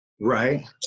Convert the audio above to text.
right